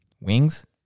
Wings